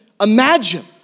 imagine